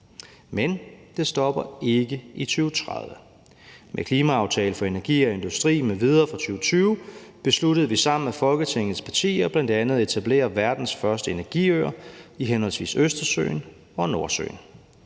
Men det stopper ikke i 2030. Med »Klimaaftalen for energi og industri m.v. 2020« besluttede vi sammen med Folketingets partier bl.a. at etablere verdens første energiøer i henholdsvis Østersøen og Nordsøen.